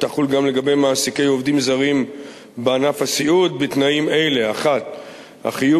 תחול גם לגבי מעסיקי עובדים זרים בענף הסיעוד בתנאים אלה: 1. החיוב